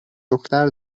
دختر